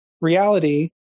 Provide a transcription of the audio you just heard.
Reality